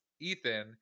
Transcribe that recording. ethan